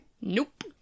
Nope